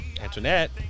Antoinette